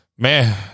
Man